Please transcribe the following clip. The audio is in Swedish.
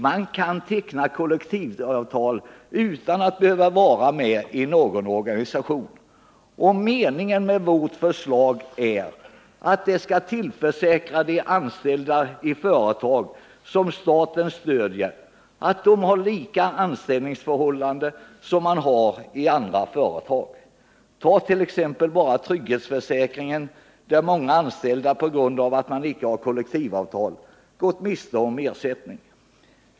Man kan teckna kollektivavtal utan att vara med i någon organisation. Och meningen med vårt förslag är att de anställda i företag som staten stöder skall tillförsäkras samma anställningsförhållanden som anställda i andra företag. Tag t.ex. trygghetsförsäkringen, där många anställda på grund av att de inte har kollektivavtal har gått miste om ersättning!